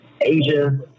Asia